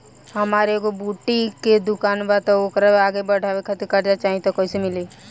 हमार एगो बुटीक के दुकानबा त ओकरा आगे बढ़वे खातिर कर्जा चाहि त कइसे मिली?